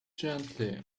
gently